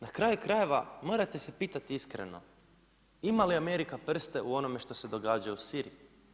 Na kraju krajeva, morate se pitati iskreno, ima li Amerika prste u onome što se događa u Siriji?